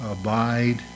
abide